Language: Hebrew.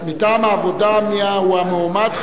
מטעם העבודה מי המועמד,